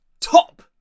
top